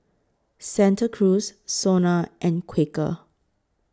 Santa Cruz Sona and Quaker